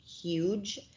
huge